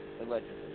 Allegedly